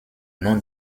nom